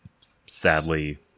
sadly